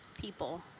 people